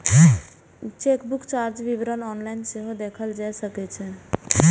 chequebook चार्जक विवरण online सेहो देखल जा सकै छै